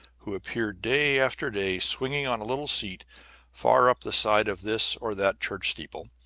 who appeared day after day swinging on a little seat far up the side of this or that church steeple,